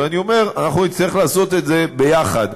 אבל אני אומר: נצטרך לעשות את זה ביחד.